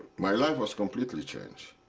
my life was completely changed.